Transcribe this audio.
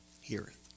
heareth